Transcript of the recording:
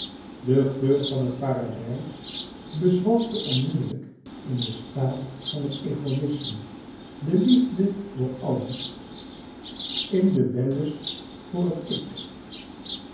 de geur van het paradijs bezwalkte onmiddellijk in den staat van het egoïsme de liefde voor allen in den wellust voor het ik